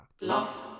love